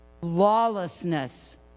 Lawlessness